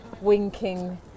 winking